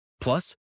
Plus